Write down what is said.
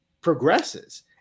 progresses